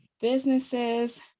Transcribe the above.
businesses